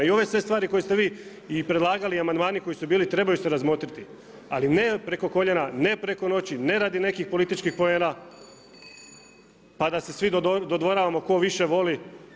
I ove sve stvari koje ste vi i predlagali i amandmani koji su bili, trebaju se razmotriti ali ne preko koljena, ne preko noći, ne radi nekih političkih poena, pa da se svi dodvoravamo to više voli.